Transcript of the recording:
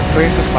races,